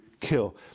Kill